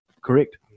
Correct